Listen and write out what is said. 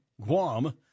Guam